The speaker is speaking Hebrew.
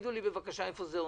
תגידו לי איפה זה עומד.